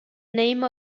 name